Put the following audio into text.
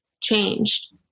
changed